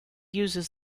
uses